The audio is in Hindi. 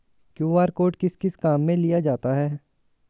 क्यू.आर कोड किस किस काम में लिया जाता है?